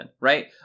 right